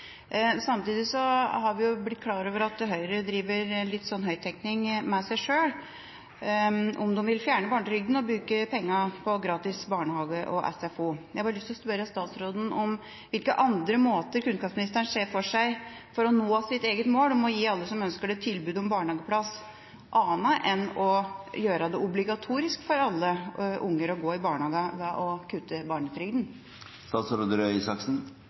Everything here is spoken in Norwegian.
Samtidig har vi blitt klar over at Høyre driver med litt sånn høyttenkning med seg sjøl om de vil fjerne barnetrygden og bruke pengene på gratis barnehage og SFO. Jeg har lyst å spørre kunnskapsministeren om hvilke andre måter han ser for seg for å nå sitt eget mål om å gi alle som ønsker det, tilbud om barnehageplass enn å gjøre det obligatorisk for alle unger å gå i barnehage og kutte